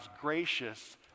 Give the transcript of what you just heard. gracious